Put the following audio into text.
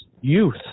youth